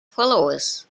followers